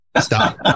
Stop